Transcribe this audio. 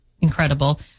incredible